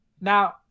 Now